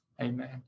Amen